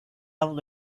able